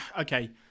okay